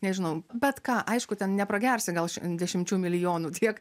nežinau bet ką aišku ten nepragersi gal dešimčių milijonų tiek